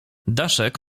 daszek